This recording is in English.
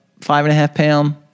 five-and-a-half-pound